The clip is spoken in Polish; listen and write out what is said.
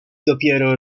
dopiero